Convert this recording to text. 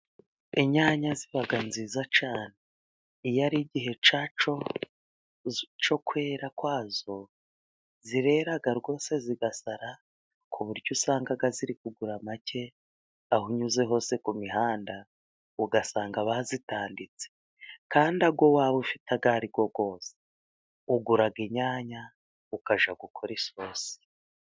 Inyanya ziba nziza cyane ,iyo ari igihe cyazo cyo kwera kwazo zirera rwose zigasara ku buryo usanga ziri kugura make ,aho unyuze hose ku mihanda ugasanga bazitanditse, kandi ayo waba ufite ayo ariyo yose ugura inyanya ukajya gukora isosi.